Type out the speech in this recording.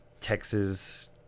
Texas